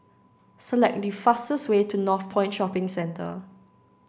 select the fastest way to Northpoint Shopping Centre